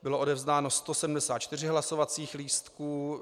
Bylo vydáno 174 hlasovacích lístků.